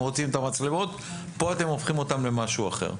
רוצים את המצלמות וכאן אתם הופכים אותן למשהו אחר.